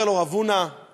אומר לו רב הונא,